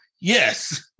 yes